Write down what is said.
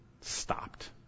stopped